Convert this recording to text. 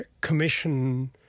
commission